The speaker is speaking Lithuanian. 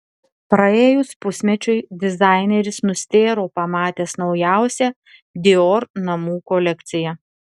praėjus pusmečiui dizaineris nustėro pamatęs naujausią dior namų kolekciją